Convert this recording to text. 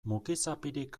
mukizapirik